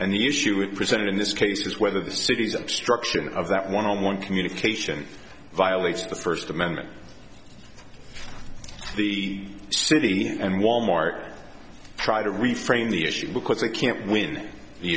the issue with presented in this case is whether the city's obstruction of that one on one communication violates the first amendment the city and wal mart try to restrain the issue because they can't win the